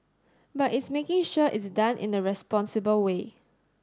but it's making sure it's done in a responsible way